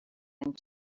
and